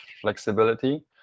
flexibility